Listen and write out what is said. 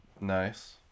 Nice